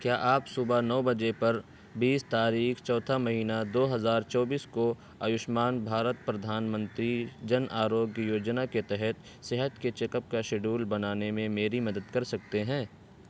کیا آپ صبح نو بجے پر بیس تاریخ چوتھا مہینہ دو ہزار چوبیس کو آیوشمان بھارت پردھان منتری جن آروگیہ یوجنا کے تحت صحت کے چیک اپ کا شیڈول بنانے میں میری مدد کر سکتے ہیں